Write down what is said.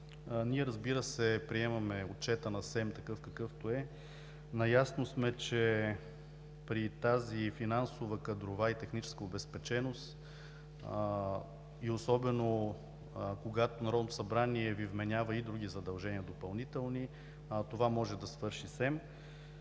Ние, разбира се, приемаме Отчета на СЕМ такъв, какъвто е. Наясно сме, че при тази финансова, кадрова и техническа обезпеченост, особено когато Народното събрание Ви вменява и други допълнителни задължения, това може да свърши СЕМ.